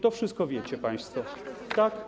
To wszystko wiecie państwo, tak?